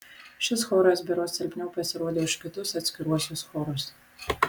šis choras berods silpniau pasirodė už kitus atskiruosius chorus